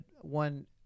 one